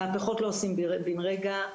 מהפכות לא עושים בין רגע,